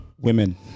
Women